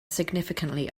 significantly